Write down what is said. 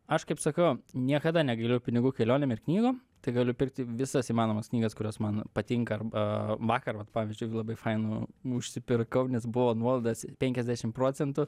aš kaip sakau niekada negailiu pinigų kelionėm ir knygom tai galiu pirkti visas įmanomas knygas kurios man patinka arba vakar vat pavyzdžiui labai fainų užsipirkau nes buvo nuolaidos penkiasdešim procentų